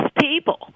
people